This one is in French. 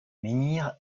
menhir